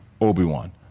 Obi-Wan